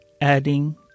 adding